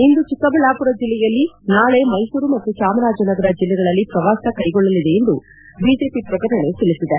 ಇಂದು ಚಿಕ್ಕಬಳ್ಳಾಮರ ಜಿಲ್ಲೆಯಲ್ಲಿ ನಾಳೆ ಮೈಸೂರು ಮತ್ತು ಚಾಮರಾಜನಗರ ಜಿಲ್ಲೆಗಳಲ್ಲಿ ಪ್ರವಾಸ ಕೈಗೊಳ್ಳಲಿದೆ ಎಂದು ಬಿಜೆಪಿ ಪ್ರಕಟಣೆ ತಿಳಿಸಿದೆ